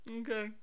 Okay